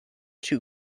too